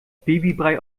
babybrei